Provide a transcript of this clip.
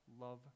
love